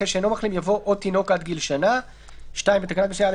אחרי "שאינו מחלים" יבוא "או תינוק עד גיל שנה"; בתקנת משנה (א2),